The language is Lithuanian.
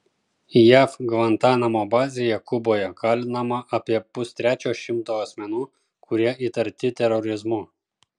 jav gvantanamo bazėje kuboje kalinama apie pustrečio šimto asmenų kurie įtarti terorizmu